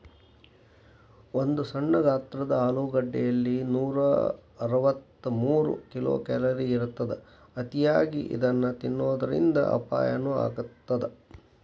ಒಂದು ಸಣ್ಣ ಗಾತ್ರದ ಆಲೂಗಡ್ಡೆಯಲ್ಲಿ ನೂರಅರವತ್ತಮೂರು ಕ್ಯಾಲೋರಿ ಇರತ್ತದ, ಅತಿಯಾಗಿ ಇದನ್ನ ತಿನ್ನೋದರಿಂದ ಅಪಾಯನು ಆಗತ್ತದ